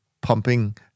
pumping